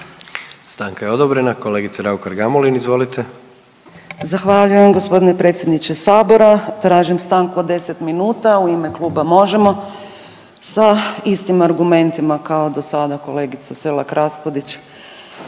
Stanka je odobrena. Kolegice Raukar Gamulin, izvolite. **Raukar-Gamulin, Urša (Možemo!)** Zahvaljujem g. predsjedniče sabora. Tražim stanku od 10 minuta u ime Kluba Možemo! sa istim argumentima kao dosada kolegica Selak Raspudić